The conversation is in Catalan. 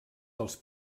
dels